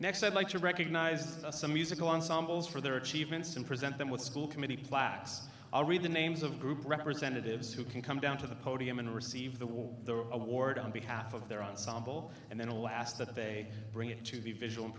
next i'd like to recognize some musical ensembles for their achievements and present them with school committee plaques i'll read the names of the group representatives who can come down to the podium and receive the award on behalf of their ensemble and then the last that they bring it to be vi